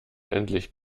endlich